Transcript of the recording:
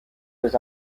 was